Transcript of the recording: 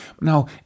Now